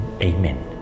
amen